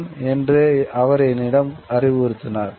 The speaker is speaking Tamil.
" என்று அவர் என்னிடம் அறிவுறுத்தினார்